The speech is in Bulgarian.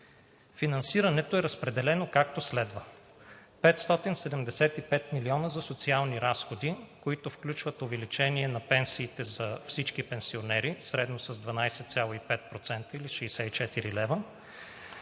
Финансирането е разпределено, както следва: 575 милиона за социални разходи, които включват увеличение на пенсиите за всички пенсионери средно с 12,5%, или 64 лв.;